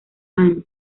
anne